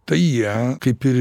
tai ją kaip ir